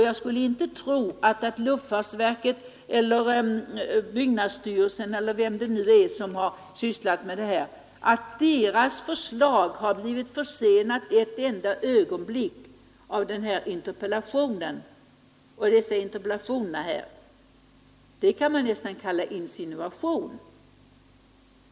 Jag tror inte heller att vare sig luftfartsverkets eller byggnadsstyrelsens förslag — vem det nu är som har sysslat med dessa frågor — har blivit försenat ett enda ögonblick av våra interpellationer. Att påstå det kan nästan kallas för en insinuation.